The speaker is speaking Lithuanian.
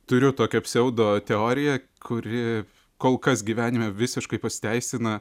turiu tokią pseudo teoriją kuri kol kas gyvenime visiškai pasiteisina